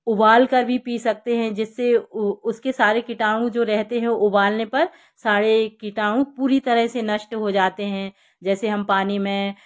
उबाल कर भी पी सकते हैं जिससे वो उसके सारे कीटाणु जो रहते हैं वो उबलने पर सारे कीटाणु पूरी तरह से नष्ट हो जाते हैं जैसे हम पानी में